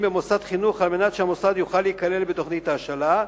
במוסד חינוך על מנת שהמוסד יוכל להיכלל בתוכנית ההשאלה.